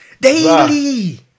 daily